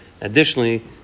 Additionally